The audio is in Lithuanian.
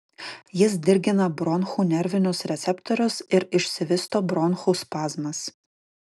jis dirgina bronchų nervinius receptorius ir išsivysto bronchų spazmas